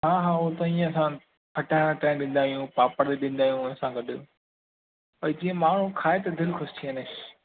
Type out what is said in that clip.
हा हा उहो त ईअं असां खटाइण वटाइण ॾींदा आहियूं पापड़ बि ॾींदा आहियूं उनसां गॾु भई जीअं माण्हू खाए त दिलि ख़ुशि थी वञे